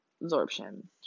absorption